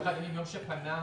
21 ימים מיום שפנה הנוסע.